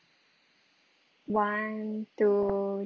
one two